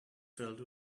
filled